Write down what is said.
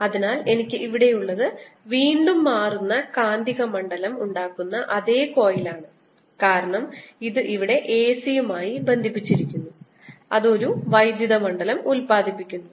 അതിനാൽ എനിക്ക് ഇവിടെയുള്ളത് വീണ്ടും മാറുന്ന കാന്തിക മണ്ഡലം ഉണ്ടാക്കുന്ന അതേ കോയിൽ ആണ് കാരണം ഇത് ഇവിടെ AC യുമായി ബന്ധിപ്പിച്ചിരിക്കുന്നു അത് ഒരു വൈദ്യുത മണ്ഡലം ഉത്പാദിപ്പിക്കുന്നു